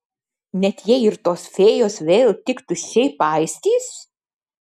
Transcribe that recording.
net jei ir tos fėjos vėl tik tuščiai paistys